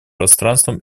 пространством